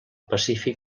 pacífic